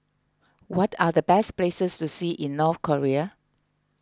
what are the best places to see in North Korea